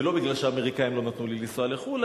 ולא בגלל שהאמריקנים לא נתנו לי לנסוע לחו"ל,